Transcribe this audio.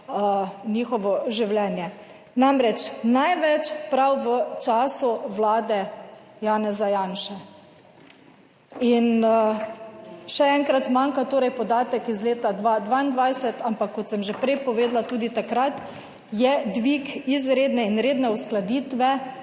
njihovo življenje. Namreč največ prav v času Vlade Janeza Janše. In še enkrat, manjka torej podatek iz leta 2022, ampak kot sem že prej povedala, tudi takrat je dvig izredne in redne uskladitve